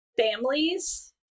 families